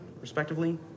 respectively